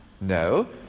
No